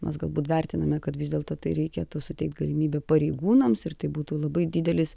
mes galbūt vertiname kad vis dėlto tai reikėtų suteikt galimybę pareigūnams ir tai būtų labai didelis